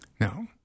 Now